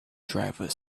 driver